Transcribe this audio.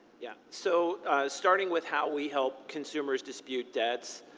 yeah so starting with how we help consumers dispute debts,